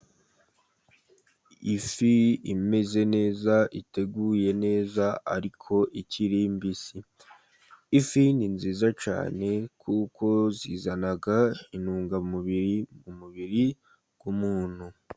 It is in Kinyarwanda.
Ifi imeze neza iteguye neza ariko ikiri mbisi, ifi ni nziza cyane kuko zizana intungamubiri, mu mubiri w'umuntu.